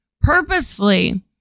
purposefully